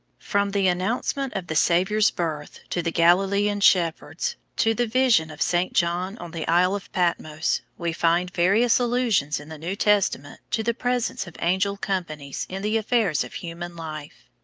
from the announcement of the saviour's birth to the galilean shepherds, to the vision of saint john on the isle of patmos, we find various allusions in the new testament to the presence of angel companies in the affairs of human life.